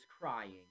crying